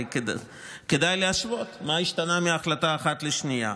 כדאי להשוות מה השתנה מהחלטה אחת לשנייה.